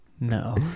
No